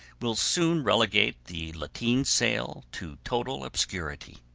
will soon relegate the lateen sail to total obscurity.